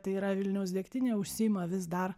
tai yra vilniaus degtinė užsiima vis dar